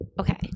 Okay